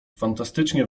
fantastycznie